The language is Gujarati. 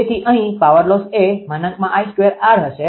તેથી અહીં પાવર લોસ એ |𝐼2𝑟| હશે